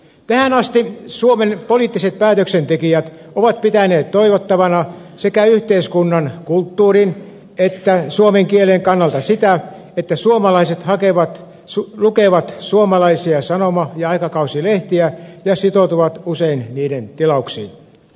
tähän asti suomen poliittiset päätöksentekijät ovat pitäneet toivottavana sekä yhteiskunnan kulttuurin että suomen kielen kannalta sitä että suomalaiset lukevat suomalaisia sanoma ja aikakauslehtiä ja sitoutuvat usein niiden tilauksiin